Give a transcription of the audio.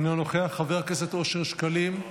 אינו נוכח, חבר הכנסת אושר שקלים,